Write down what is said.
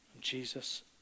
Jesus